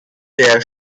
der